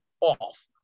off